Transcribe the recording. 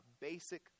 basic